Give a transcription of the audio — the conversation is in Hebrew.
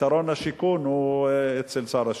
פתרון השיכון נמצא אצל שר השיכון.